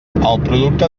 producte